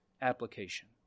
application